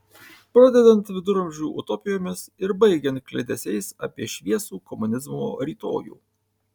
pradedant viduramžių utopijomis ir baigiant kliedesiais apie šviesų komunizmo rytojų